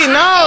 no